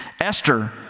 Esther